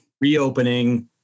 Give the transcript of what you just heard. Reopening